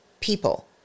people